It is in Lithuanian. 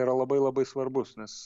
yra labai labai svarbus nes